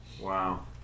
Wow